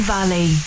Valley